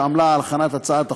שעמלה על הכנת הצעת החוק,